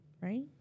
Right